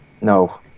No